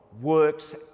works